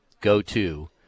go-to